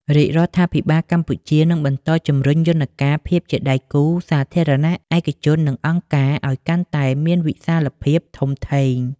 រាជរដ្ឋាភិបាលកម្ពុជានឹងបន្តជំរុញយន្តការភាពជាដៃគូសាធារណៈ ឯកជន និងអង្គការ ឱ្យកាន់តែមានវិសាលភាពធំធេង។